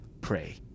pray